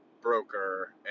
broker